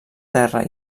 terra